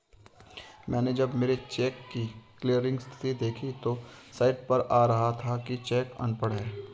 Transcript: मैनें जब मेरे चेक की क्लियरिंग स्थिति देखी तो साइट पर आ रहा था कि चेक अनपढ़ है